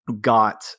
got